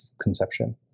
conception